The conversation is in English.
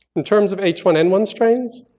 in terms of h one n one strains,